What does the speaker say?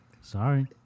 Sorry